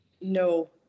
No